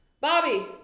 Bobby